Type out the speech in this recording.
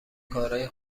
کارای